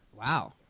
Wow